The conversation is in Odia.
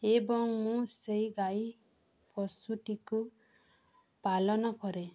ଏବଂ ମୁଁ ସେଇ ଗାଈ ପଶୁଟିକୁ ପାଳନ କରେ